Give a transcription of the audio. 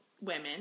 Women